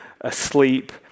asleep